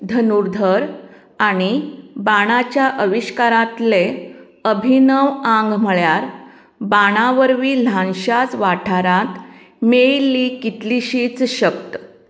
धनुर्धर आनी बाणाच्या आविश्कारांतलें अभीनव आंग म्हळ्यार बाणावरवीं ल्हानशाच वाठारांत मेळिल्ली कितलिशीच शक्त